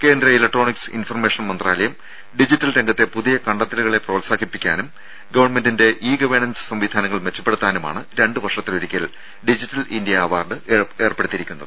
കേന്ദ്ര electronics information മന്ത്രാലയം digital രംഗത്തെ പുതിയ കണ്ടെത്തലുകളെ പ്രോത്സാഹിപ്പിക്കാനും ഗവൺമെന്റ് ഇ ഗവേണൻസ് സംവിധാനങ്ങൾ മെച്ചപ്പെടുത്താനുമാണ് രണ്ടുവർഷത്തിലൊരിക്കൽ ഡിജിറ്റൽ ഇന്ത്യ അവാർഡ് ഏർപ്പെടുത്തിയത്